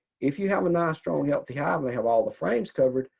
if you have a nice strong healthy hive and they have all the frames covered,